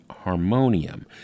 harmonium